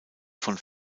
von